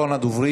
אחרון הדוברים.